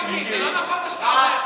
מיקי, זה לא נכון מה שאתה אומר.